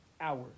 hours